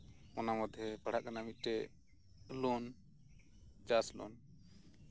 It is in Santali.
ᱚᱱᱟ ᱢᱩᱫᱽ ᱨᱮ ᱯᱟᱲᱟᱜ ᱠᱟᱱᱟ ᱢᱤᱫᱴᱮᱱ ᱞᱳᱱ ᱪᱟᱥ ᱞᱳᱱ